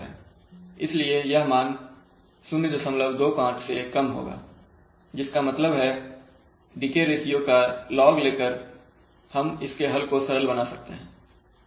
इसलिए यह मान 025 से कम होगा जिसका मतलब है डीके रेशियो का log लेकर हम इसके हल को सरल बना सकते हैं